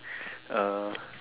uh